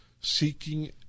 seeking